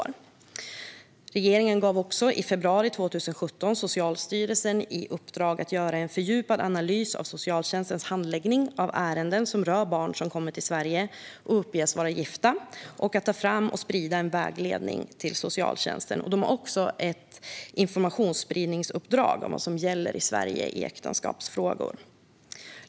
Regeringen gav i februari 2017 Socialstyrelsen i uppdrag att göra en fördjupad analys av socialtjänstens handläggning av ärenden som rör barn som kommer till Sverige och som uppges vara gifta och att ta fram och sprida en vägledning till socialtjänsten. Man har också ett informationsspridningsuppdrag om vad som gäller i Sverige i äktenskapsfrågor.